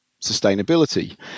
sustainability